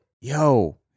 Yo